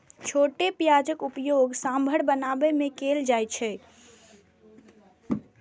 छोट प्याजक उपयोग सांभर बनाबै मे कैल जाइ छै